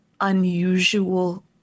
unusual